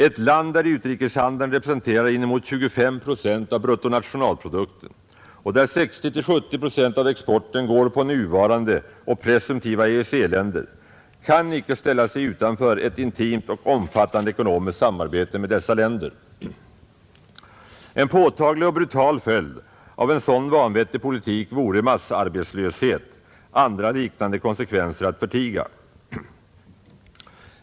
Ett land där utrikeshandeln representerar inemot 25 procent av bruttonationalprodukten och där 60—70 procent av exporten går på nuvarande och presumtiva EEC-länder kan icke ställa sig utanför ett intimt och omfattande ekonomiskt samarbete med dessa länder. En påtaglig och brutal följd av en sådan vanvettig politik vore massarbetslöshet, andra liknande konsekvenser att förtiga.